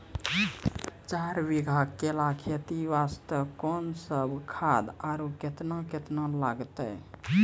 चार बीघा केला खेती वास्ते कोंन सब खाद आरु केतना केतना लगतै?